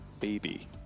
baby